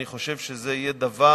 אני חושב שזה יהיה דבר